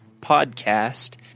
podcast